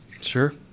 Sure